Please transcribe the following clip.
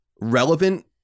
relevant